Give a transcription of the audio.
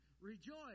Rejoice